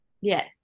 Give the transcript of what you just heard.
Yes